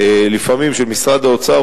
לפעמים של משרד האוצר,